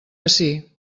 ací